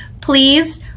please